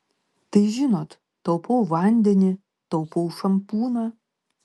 tai žinot taupau vandenį taupau šampūną